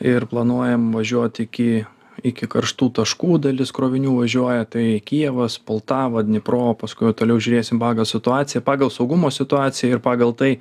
ir planuojam važiuot iki iki karštų taškų dalis krovinių važiuoja tai kijevas poltava dnipro o paskui toliau žiūrėsime pagal situaciją pagal saugumo situaciją ir pagal tai